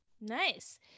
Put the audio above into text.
Nice